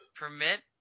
permit